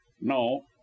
No